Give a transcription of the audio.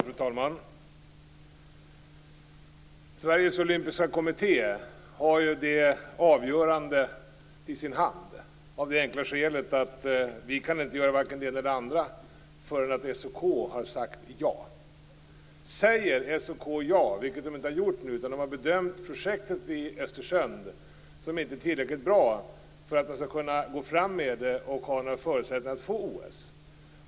Fru talman! Sveriges olympiska kommitté har det avgörandet i sin hand av det enkla skälet att vi varken kan göra det ena eller det andra förrän SOK har sagt ja. Det har SOK inte gjort nu. Man har inte bedömt projektet i Östersund som tillräckligt bra att gå fram med och ha några förutsättningar att få OS.